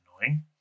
annoying